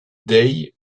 day